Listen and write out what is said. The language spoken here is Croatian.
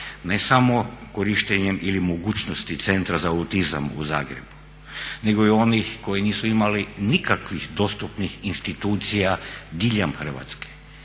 ne samo korištenjem ili mogućnosti Centra za autizam u Zagrebu, nego i onih koji nisu imali nikakvih dostupnih institucija diljem Hrvatske.